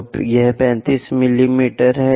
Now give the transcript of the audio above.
तो यह 35 मिमी है